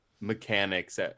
mechanics